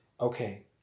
okay